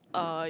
uh